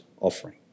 offering